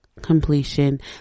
completion